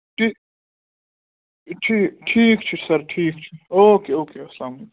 تہِ تھی ٹھیٖک چھِ سر ٹھیٖک چھِ اوکے اوکے اَسلامُ علیکُم